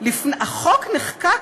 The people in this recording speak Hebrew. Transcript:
החוק נחקק,